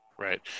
Right